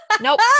Nope